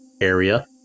area